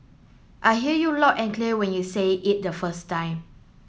I hear you loud and clear when you say it the first time